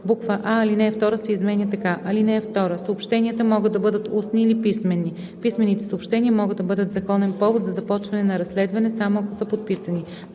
а) алинея 2 се изменя така: „(2) Съобщенията могат да бъдат устни или писмени. Писмените съобщения могат да бъдат законен повод за започване на разследване само ако са подписани.